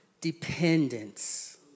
dependence